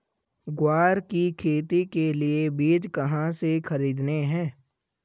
ग्वार की खेती के लिए बीज कहाँ से खरीदने हैं?